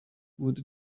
wurde